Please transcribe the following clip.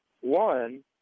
one